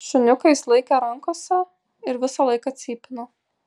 šuniuką jis laikė rankose ir visą laiką cypino